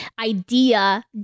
idea